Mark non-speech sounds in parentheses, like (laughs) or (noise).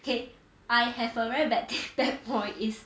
okay I have a very bad (laughs) bad point is